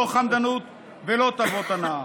לא חמדנות ולא טובות הנאה.